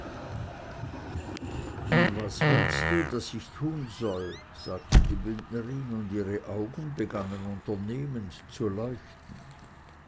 und was willst du daß ich tun soll sagte die bündnerin und ihre augen begannen unternehmend zu leuchten